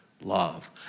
love